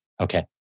Okay